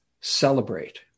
celebrate